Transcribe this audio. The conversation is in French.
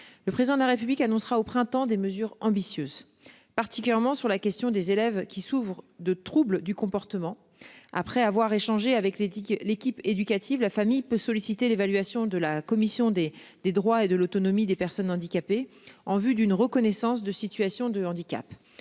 Le président de la République annoncera au printemps des mesures ambitieuses particulièrement sur la question des élèves qui s'ouvrent de trouble du comportement. Après avoir échangé avec l'éthique, l'équipe éducative, la famille peut solliciter l'évaluation de la commission des des droits et de l'autonomie des personnes handicapées en vue d'une reconnaissance de situation de handicap